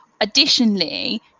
additionally